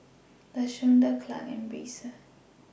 Lashonda Clarke and Brisa